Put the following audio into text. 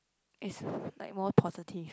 is like more positive